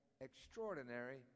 Extraordinary